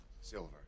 silver